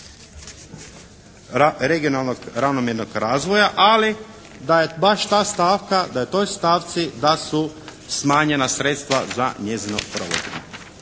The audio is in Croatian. regionalnog ravnomjernog razvoja, ali da je baš ta stavka, da je toj stavci, da su smanjena sredstva za njezino provođenje.